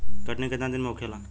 कटनी केतना दिन में होखेला?